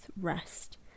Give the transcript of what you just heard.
rest